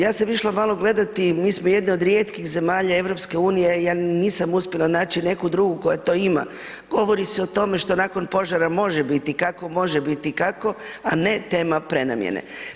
Ja sam išla malo gledati, mi smo jedna od rijetkih EU i ja nisam uspjela naći neku drugu koja to ima, govori se o tome što nakon požara može biti, kako može biti, kako, a ne tema prenamijene.